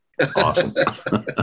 Awesome